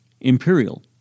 imperial